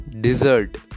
dessert